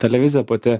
televizija pati